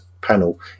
panel